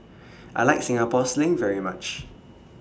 I like Singapore Sling very much